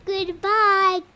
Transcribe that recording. Goodbye